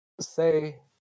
say